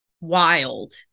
wild